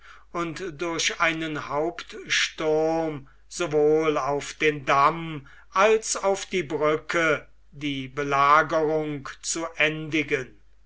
und durch einen hauptsturm sowohl auf den damm als auf die brücke die belagerung zu endigen